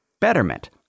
Betterment